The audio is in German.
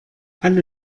alle